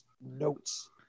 notes